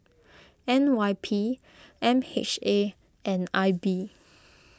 N Y P M H A and I B